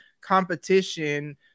competition